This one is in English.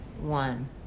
one